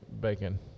bacon